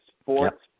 sports